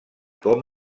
com